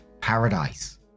paradise